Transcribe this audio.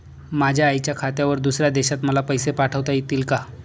माझ्या आईच्या खात्यावर दुसऱ्या देशात मला पैसे पाठविता येतील का?